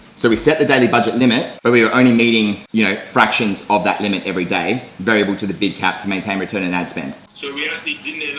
so we set the daily budget limit, but we're only meeting you know fractions of that limit everyday variable to the bid cap to maintain returns in ads spent. so we actually didn't end